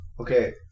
Okay